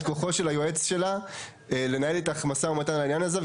כוחו של היועץ שלה לנהל איתך משא ומתן על העניין הזה.